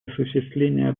осуществления